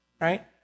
right